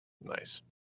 Nice